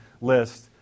list